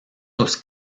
los